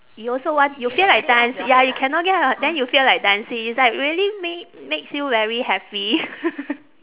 you also want you feel like danci~ ya you cannot get out then you feel like dancing it's like really ma~ makes you very happy